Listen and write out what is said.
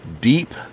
deep